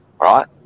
Right